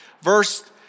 verse